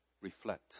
reflect